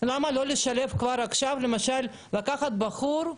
למה לא לשלב כבר עכשיו, למשל לקחת בחור,